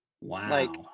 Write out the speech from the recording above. Wow